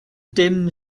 dim